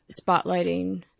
spotlighting